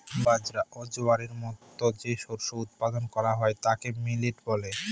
বাজরা, জোয়ারের মতো যে শস্য উৎপাদন করা হয় তাকে মিলেট বলে